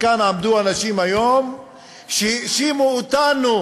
והיום עמדו כאן אנשים שהאשימו אותנו